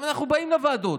אנחנו באים לוועדות.